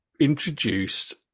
introduced